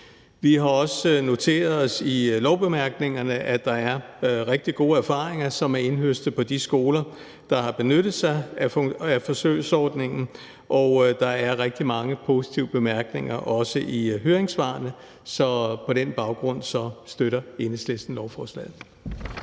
Vi har også noteret os i lovbemærkningerne, at der er rigtig gode erfaringer, som er indhøstet på de skoler, der har benyttet sig af forsøgsordningen, og der er også rigtig mange positive bemærkninger i høringssvarene. Så på den baggrund støtter Enhedslisten lovforslaget.